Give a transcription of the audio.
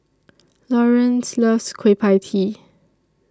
Laurance loves Kueh PIE Tee